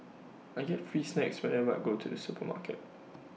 I get free snacks whenever I go to the supermarket